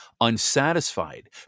unsatisfied